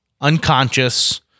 unconscious